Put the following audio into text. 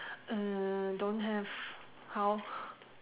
err don't have how